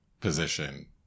position